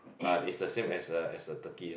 ah it's the same as a as a turkey eh